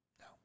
No